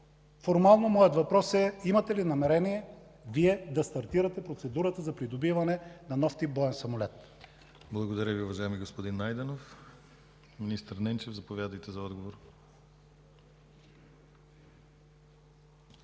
готово. Моят въпрос е: имате ли намерение Вие да стартирате процедурата за придобиване на нов тип боен самолет?